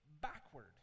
backward